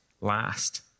last